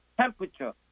Temperature